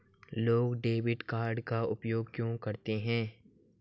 लोग debit card का उपयोग क्यों करते हैं?